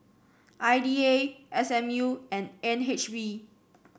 I D A S M U and N H B